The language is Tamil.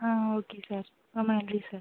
ஆ ஓகே சார் ரொம்ப நன்றி சார்